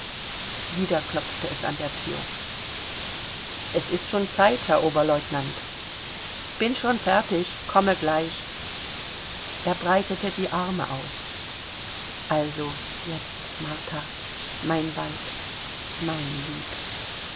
wieder klopfte es an der thüre es ist schon zeit herr oberlieutenant bin schon fertig komme gleich er breitete die arme aus also jetzt martha mein weib mein lieb